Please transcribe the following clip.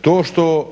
to što